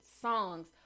songs